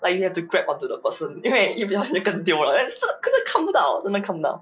like you have to grab onto the person 因为要不然就跟丢了真的看不到真的看不到